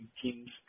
teams